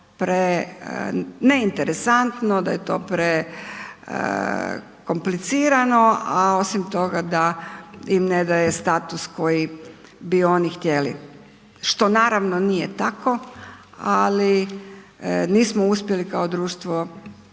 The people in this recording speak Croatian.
da je to pre neinteresantno, da je to pre komplicirano, a osim toga da im ne daje status koji bi oni htjeli, što naravno nije tako, ali nismo uspjeli kao društvo